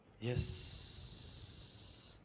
Yes